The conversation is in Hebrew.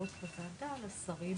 הקודמת של הוועדה עלה גם עכשיו בהצגה שלך,